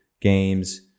games